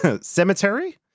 cemetery